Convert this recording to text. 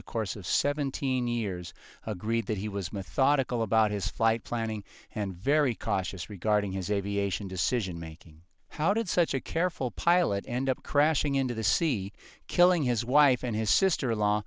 the course of seventeen years agreed that he was methodical about his flight planning and very cautious regarding his aviation decision making how did such a careful pilot end up crashing into the sea killing his wife and his sister in law